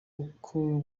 uko